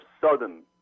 sudden